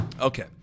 Okay